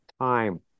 time